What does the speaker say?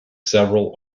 several